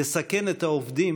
לסכן את העובדים,